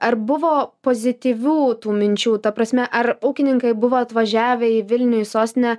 ar buvo pozityvių tų minčių ta prasme ar ūkininkai buvo atvažiavę į vilniuje į sostinę